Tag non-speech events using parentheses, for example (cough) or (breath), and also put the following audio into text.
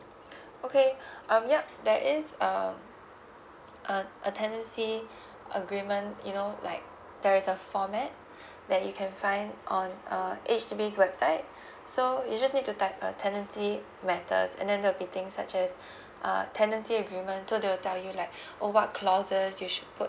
(breath) okay (breath) um ya there is um uh a tenancy (breath) agreement you know like there is a format (breath) that you can find on uh H_D_B's website (breath) so you just need to type uh tenancy matters and then there will be things such as (breath) uh tenancy agreement so they will tell you like (breath) oh what clauses you should put